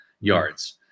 yards